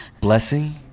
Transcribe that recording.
blessing